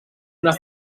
una